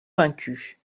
vaincu